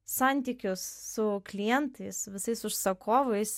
santykius su klientais visais užsakovais